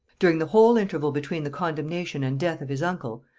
during the whole interval between the condemnation and death of his uncle,